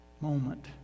moment